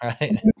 right